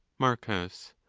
marcus.